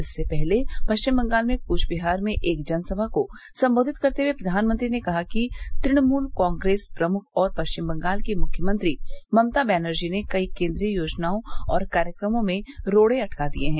इससे पहले पश्चिम बंगाल में कूचबिहार में एक जनसभा को संबोधित करते हुए प्रधानमंत्री मोदी ने कहा कि तृणमूल कांग्रेस प्रमुख और पश्चिम बंगाल की मुख्यमंत्री ममंता बनर्जी ने कई केन्द्रीय योजनाओं और कार्यक्रमों में रोड़े अटका दिये हैं